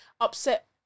upset